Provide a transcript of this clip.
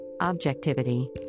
Objectivity